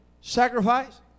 sacrifice